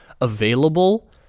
available